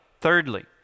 Thirdly